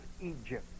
Egypt